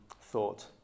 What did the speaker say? thought